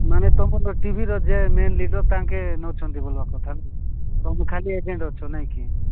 ମାନେ ତମର୍ ଟିଭିର ଯେ ମେନ୍ ଲିଡର ତାଙ୍କେ ନଉଛନ୍ତି ବୋଲ କଥା ତମେ ଖାଲି ଏଜେଣ୍ଟ ଅଛ ନାଇଁ କି